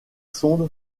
sonde